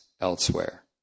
elsewhere